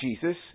Jesus